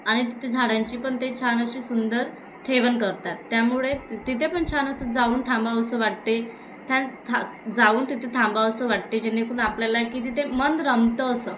आणि तिथे झाडांची पण ते छान अशी सुंदर ठेवण करतात त्यामुळे तिथे पण छान असं जाऊन थांबावसं वाटते थान था जाऊन तिथे थांबावसं वाटते जेणेकरून आपल्याला की तिथे मन रमतं असं